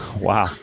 Wow